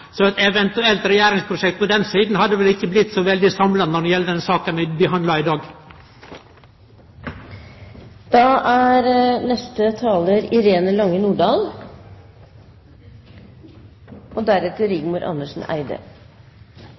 så eit eventuelt regjeringsprosjekt på den sida hadde vel ikkje blitt så veldig samlande i den saka vi behandlar i